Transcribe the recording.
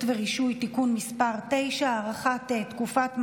ורישוי) (תיקון מס' 9) (הארכת תקופת מעבר),